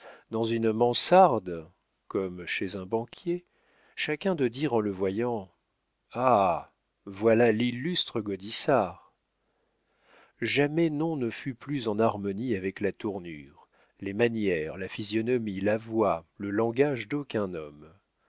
dans une mansarde comme chez un banquier chacun de dire en le voyant ah voilà l'illustre gaudissart jamais nom ne fut plus en harmonie avec la tournure les manières la physionomie la voix le langage d'aucun homme